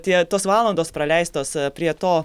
tie tos valandos praleistos prie to